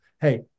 Hey